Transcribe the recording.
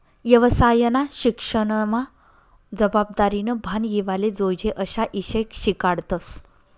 येवसायना शिक्सनमा जबाबदारीनं भान येवाले जोयजे अशा ईषय शिकाडतस